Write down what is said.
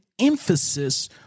emphasis